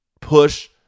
push